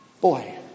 Boy